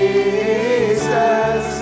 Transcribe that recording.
Jesus